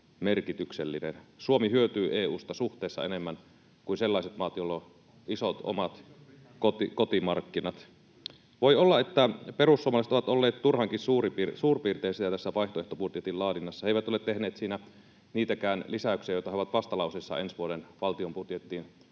Suomi hyötyy EU:sta suhteessa enemmän kuin sellaiset maat, joilla on isot omat kotimarkkinat. Voi olla, että perussuomalaiset ovat olleet turhankin suurpiirteisiä tässä vaihtoehtobudjetin laadinnassa. He eivät ole tehneet siinä niitäkään lisäyksiä, joita he ovat vastalauseessa ensi vuoden valtion budjettiin